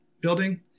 Building